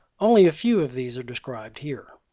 only a few of these are described here.